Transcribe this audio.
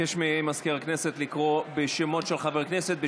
ממזכיר הכנסת לקרוא בשמות של חברי הכנסת שנית.